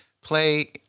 play